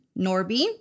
Norby